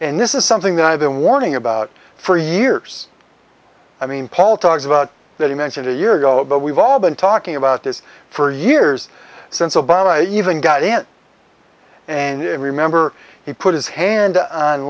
and this is something that i've been warning about for years i mean paul talks about that you mentioned a year ago but we've all been talking about this for years since obama even got it and remember he put his hand on